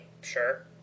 sure